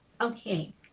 okay